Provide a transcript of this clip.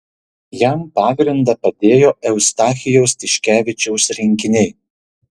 jam pagrindą padėjo eustachijaus tiškevičiaus rinkiniai